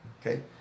Okay